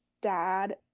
dad